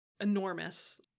enormous